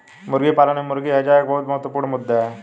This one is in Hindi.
मुर्गी पालन में मुर्गी हैजा एक बहुत महत्वपूर्ण मुद्दा है